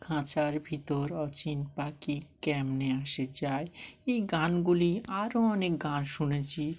খাঁচার ভিতর অচিন পাখি কেমনে আসে যায় এই গানগুলি আরও অনেক গান শুনেছি